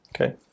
okay